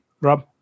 Rob